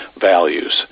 values